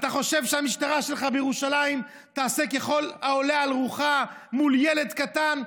אתה חושב שהמשטרה שלך בירושלים תעשה ככל העולה על רוחה מול ילד קטן?